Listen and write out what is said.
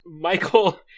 Michael